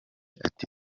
ati